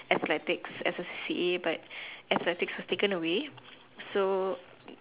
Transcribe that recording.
athletics as A C_C_A but athletics was taken away so